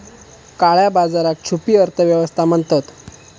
काळया बाजाराक छुपी अर्थ व्यवस्था म्हणतत